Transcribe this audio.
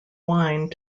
wine